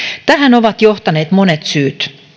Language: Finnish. tähän ovat johtaneet monet syyt